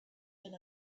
been